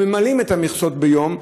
כשממלאים מכסות של יום,